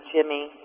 Jimmy